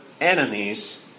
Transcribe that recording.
enemies